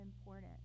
important